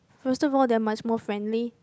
first of all they are much more friendly